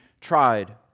tried